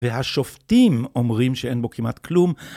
והשופטים אומרים שאין בו כמעט כלום.